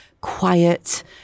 Quiet